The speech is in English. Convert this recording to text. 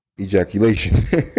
Ejaculation